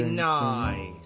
Nice